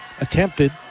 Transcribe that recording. attempted